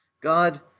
God